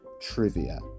trivia